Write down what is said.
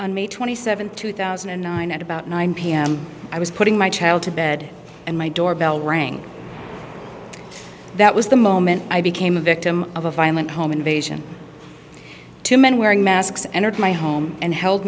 on may twenty seventh two thousand and nine at about nine pm i was putting my child to bed and my doorbell rang that was the moment i became a victim of a violent home invasion two men wearing masks entered my home and hel